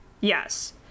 Yes